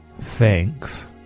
Thanks